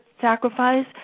sacrifice